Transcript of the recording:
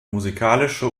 musikalische